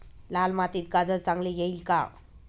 लाल मातीत गाजर चांगले येईल का?